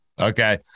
Okay